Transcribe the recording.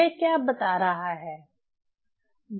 यह क्या बता रहा है